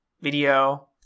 video